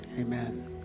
Amen